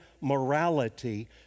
morality